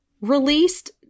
released